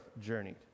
journeyed